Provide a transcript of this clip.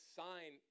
sign